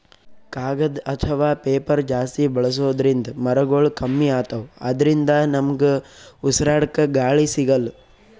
ಕಾಗದ್ ಅಥವಾ ಪೇಪರ್ ಜಾಸ್ತಿ ಬಳಸೋದ್ರಿಂದ್ ಮರಗೊಳ್ ಕಮ್ಮಿ ಅತವ್ ಅದ್ರಿನ್ದ ನಮ್ಗ್ ಉಸ್ರಾಡ್ಕ ಗಾಳಿ ಸಿಗಲ್ಲ್